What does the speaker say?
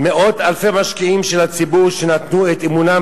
מאות אלפי משקיעים מהציבור שנתנו את אמונם